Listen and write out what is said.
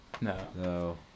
No